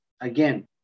again